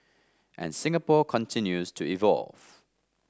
and Singapore continues to evolve